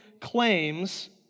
claims